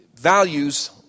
values